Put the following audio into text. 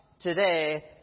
today